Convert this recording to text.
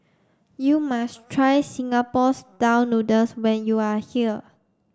you must try Singapore style noodles when you are here